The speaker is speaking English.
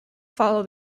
follow